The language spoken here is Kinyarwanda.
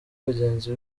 abagenzi